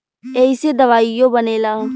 ऐइसे दवाइयो बनेला